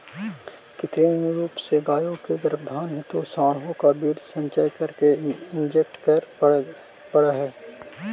कृत्रिम रूप से गायों के गर्भधारण हेतु साँडों का वीर्य संचय करके इंजेक्ट करे पड़ हई